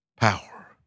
power